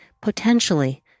potentially